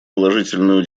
положительную